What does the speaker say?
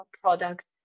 product